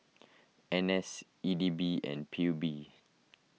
N S E D B and P U B